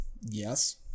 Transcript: Yes